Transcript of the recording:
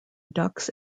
ducks